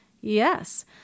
yes